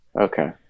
Okay